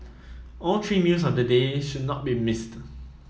all three meals of the day should not be missed